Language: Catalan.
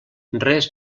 res